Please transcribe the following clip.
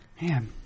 Man